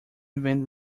invent